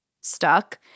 stuck